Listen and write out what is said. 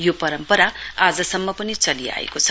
यो परम्परा आजसम्म पनि चलि आएको छ